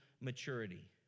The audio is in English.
maturity